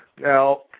Now